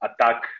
attack